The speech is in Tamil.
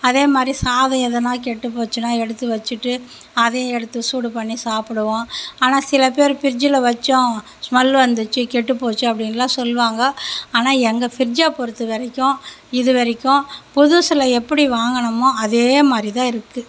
அதே மாதிரி சாதம் எதுனா கெட்டு போச்சுன்னா எடுத்து வச்சுட்டு அதையும் எடுத்து சூடு பண்ணி சாப்பிடுவோம் ஆனால் சில பேர் ஃப்ரிட்ஜ்ஜில் வச்சோம் ஸ்மெல் வந்துச்சு கெட்டு போச்சு அப்படின்லாம் சொல்லுவாங்க ஆனால் எங்கள் ஃப்ரிட்ஜ்ஜை பொறுத்த வரைக்கும் இது வரைக்கும் புதுசில எப்படி வாங்கினமோ அதே மாதிரி தான் இருக்கு